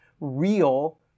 real